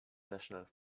national